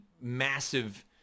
massive